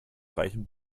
reichen